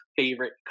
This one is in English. favorite